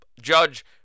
Judge